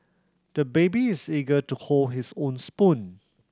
the baby is eager to hold his own spoon